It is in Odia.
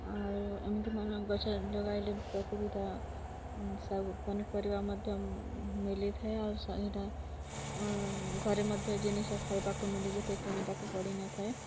ଆଉ ଏମିତି ମାନ ଗଛ ଲାଗାଇଲେ ପ୍ରକୃତିଟା ସବୁ ପନିପରିବା ମଧ୍ୟ ମିଲିଥାଏ ଆଉ ସେଇଟା ଘରେ ମଧ୍ୟ ଜିନିଷ ଖାଇବାକୁ ମିଲି ଯେତେ କିଣିବାକୁ ପଡ଼ି ନଥାଏ